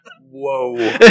whoa